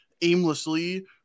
aimlessly